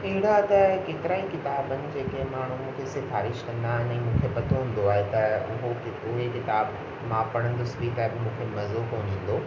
अहिड़ा त केतिरा ई किताब आहिनि जेके माण्हू मूंखे सिफ़ारिश कंदा आहिनि ऐं मूंखे पतो हूंदो आहे त उहो उहे किताब मां पढ़ंदुसि बि त मूंखे मज़ो कोन ईंदो